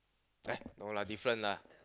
eh no lah different lah